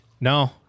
No